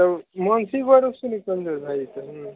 तब मानसी बर भै जैतै हूँ